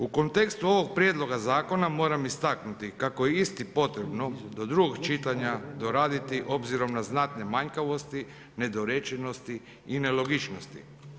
U kontekstu ovog prijedloga zakona moram istaknuti kako je isti potrebno do drugog čitanja doraditi obzirom na znatne manjkavosti, nedorečenosti i nelogičnosti.